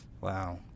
Wow